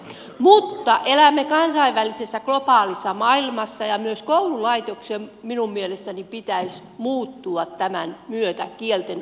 mutta elämme kansainvälisessä globaalissa maailmassa ja myös koululaitoksen minun mielestäni pitäisi muuttua tämän myötä kieltenopiskelun mukaan